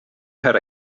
had